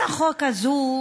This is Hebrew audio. ישראל,